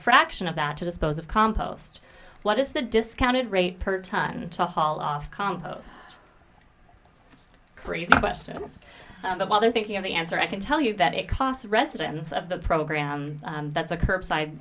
fraction of that to dispose of compost what is the discounted rate per ton to haul off compost questions while they're thinking of the answer i can tell you that it costs residents of the program that's a curbside